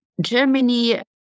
Germany